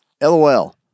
LOL